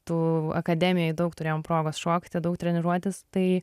tų akademijoj daug turėjom progos šokti daug treniruotis tai